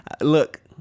look